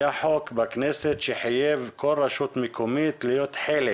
היה חוק בכנסת שחייב כל רשות מקומית להיות חלק